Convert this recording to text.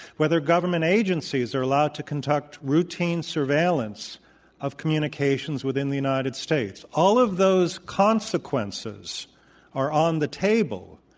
whether government agencies are allowed to conduct routine surveillance of communications within the united states. all of those consequences are on the table,